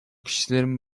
kişilerin